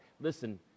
Listen